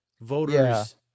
voters